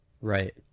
Right